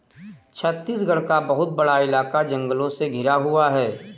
छत्तीसगढ़ का बहुत बड़ा इलाका जंगलों से घिरा हुआ है